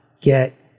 get